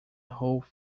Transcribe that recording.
hole